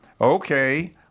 Okay